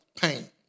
pain